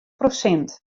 prosint